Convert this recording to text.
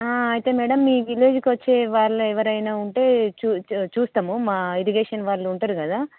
అయితే మ్యాడమ్ మీ విలేజ్కి వచ్చేవాళ్ళు ఎవరైనా ఉంటే చూ చూస్తాము మా ఇరిగేషన్ వాళ్ళు ఉంటారు కదా